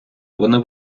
вони